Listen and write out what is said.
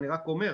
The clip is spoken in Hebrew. אני רק אומר: